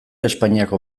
espainiako